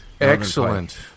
Excellent